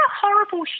horrible